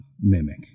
mimic